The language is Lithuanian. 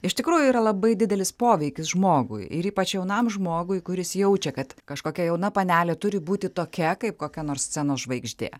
iš tikrųjų yra labai didelis poveikis žmogui ir ypač jaunam žmogui kuris jaučia kad kažkokia jauna panelė turi būti tokia kaip kokia nors scenos žvaigždė